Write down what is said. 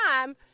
time